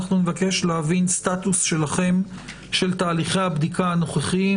אנחנו נבקש להבין סטטוס שלכם של תהליכי הבדיקה הנוכחיים,